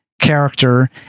character